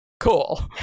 cool